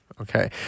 okay